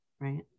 right